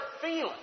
feeling